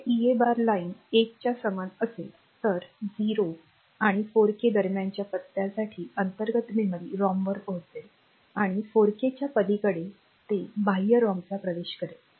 जर EA bar line एक च्या समान असेल तर 0 आणि 4 के दरम्यानच्या पत्त्यांसाठी अंतर्गत मेमरी रॉमवर पोहोचेल आणि 4 के च्या पलीकडे ते बाह्य रॉमचा वापर करेल